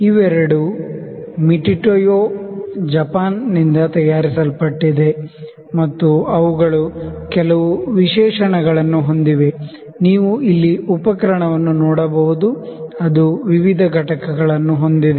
ಇವೆರಡು Mitutoyo Japan ನಿಂದ ತಯಾರಿಸಲ್ಪಟ್ಟಿದೆ ಮತ್ತು ಅವುಗಳು ಕೆಲವು ವಿಶೇಷಣಗಳನ್ನು ಹೊಂದಿವೆನೀವು ಇಲ್ಲಿ ಉಪಕರಣವನ್ನು ನೋಡಬಹುದುಅದು ವಿವಿಧ ಘಟಕಗಳನ್ನು ಹೊಂದಿದೆ